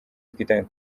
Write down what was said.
twitange